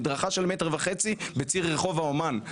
מדרכה של מטר וחצי בציר רחוב האומן.